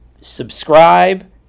Subscribe